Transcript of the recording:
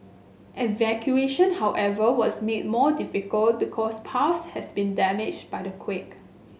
evacuation however was made more difficult because paths has been damaged by the quake